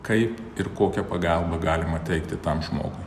kaip ir kokią pagalbą galima teikti tam žmogui